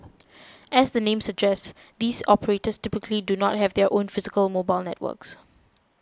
as the name suggests these operators typically do not have their own physical mobile networks